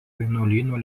vienuolyno